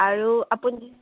আৰু আপুনি